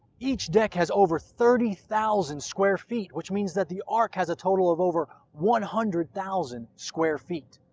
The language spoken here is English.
each deck has over thirty thousand square feet. which means that the ark has a total of over one hundred thousand square feet.